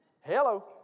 Hello